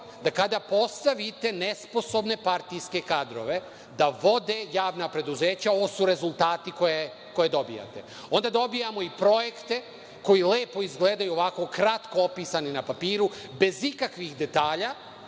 da kada postavite nesposobne partijske kadrove da vode javna preduzeća, ovo su rezultati koje dobijamo, onda dobijamo i projekte, koji lepo izgledaju ovako kratko opisani na papiru, bez ikakvih detalja